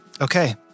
Okay